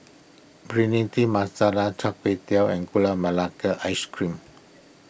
Bhindi Masala Char Kway Teow and Gula Melaka Ice Cream